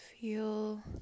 feel